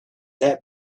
that